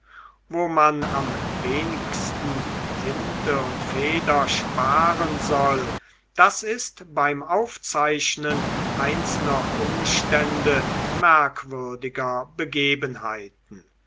wo man am wenigsten tinte und feder sparen soll das ist beim aufzeichnen einzelner umstände merkwürdiger begebenheiten